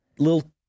Little